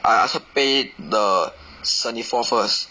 I ask her pay the seventy four first